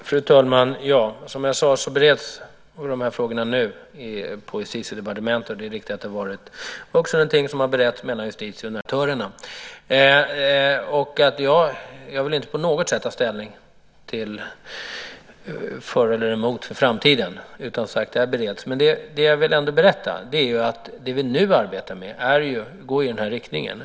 Fru talman! Som jag sade bereds frågorna nu på Justitiedepartementet. Det är riktigt att det har varit någonting som också har beretts mellan Justitiedepartementet och Näringsdepartementet. Det är självklart, för det här berör också delvis operatörerna. Jag vill inte på något sätt ta ställning för eller emot vad gäller framtiden, utan det här bereds som sagt. Men jag vill berätta att det som vi arbetar med går i den här riktningen.